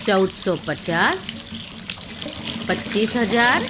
ચૌદસો પચાસ પચીસ હજાર